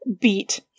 Beat